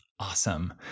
awesome